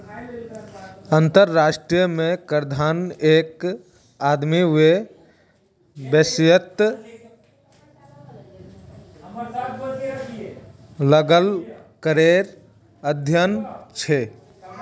अंतर्राष्ट्रीय कराधन एक आदमी या वैवसायेत लगाल करेर अध्यन छे